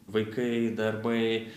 vaikai darbai